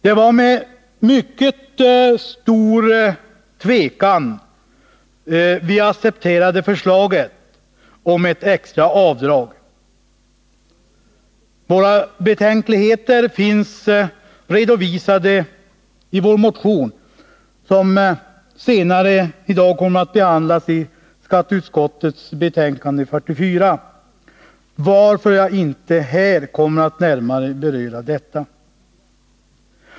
Det var med mycket stor tvekan vi accepterade förslaget om ett extra avdrag. Våra betänkligheter finns redovisade i vår motion som senare i dag kommer att behandlas i skatteutskottets betänkande 1980/81:44, varför jag inte här kommer att närmare beröra detta.